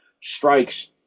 strikes